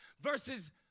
versus